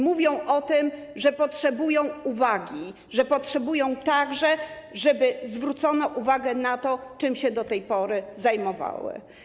Mówią o tym, że potrzebują uwagi, że potrzebują, żeby zwrócono uwagę na to, czym się do tej pory zajmowały.